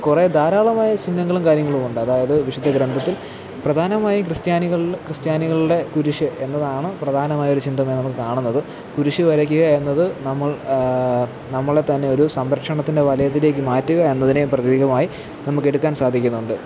കുറേ ധാരാളമായ ചിന്ഹങ്ങളും കാര്യങ്ങളുമുണ്ട് അതായത് വിശുദ്ധ ഗ്രന്ഥത്തില് പ്രധാനമായും ക്രിസ്ത്യാനികള് കൃസ്ത്യനികളുടെ കുരിശ് എന്നതാണ് പ്രധാനമായൊരു ചിന്ഹമായിട്ട് നമുക്ക് കാണുന്നത് കുരിശ് വരക്കുക എന്നത് നമ്മള് നമ്മളെ തന്നെ ഒരു സംരക്ഷണത്തിന്റെ വലയത്തിലേക്കു മാറ്റുക എന്നതിനെ പ്രതീകമായി നമുക്കെടുക്കാന് സാധിക്കുന്നുണ്ട്